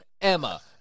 Emma